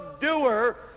doer